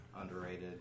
underrated